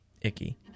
Icky